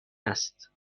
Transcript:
است